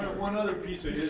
one other piece of